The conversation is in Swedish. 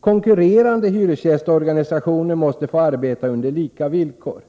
Konkurrerande hyresgästorganisationer måste få arbeta under lika villkor.